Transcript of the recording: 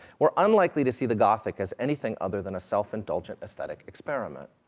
we're unlikely to see the gothic as anything other than a self-indulgent aesthetic experiment.